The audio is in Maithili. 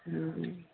हूँ